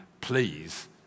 please